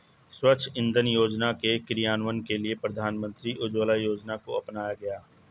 स्वच्छ इंधन योजना के क्रियान्वयन के लिए प्रधानमंत्री उज्ज्वला योजना को अपनाया गया